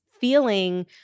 feeling